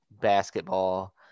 basketball